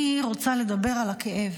אני רוצה לדבר על הכאב.